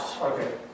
Okay